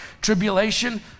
tribulation